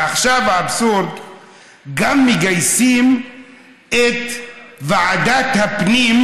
ועכשיו, האבסורד, מגייסים גם את ועדת הפנים,